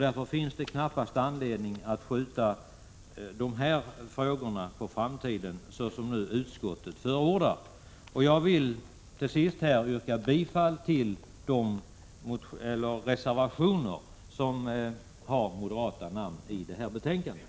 Därför finns det knappast anledning att skjuta dessa frågor på framtiden — såsom nu utskottet förordar. Jag vill till slut yrka bifall till reservationerna med moderata namn i det här betänkandet.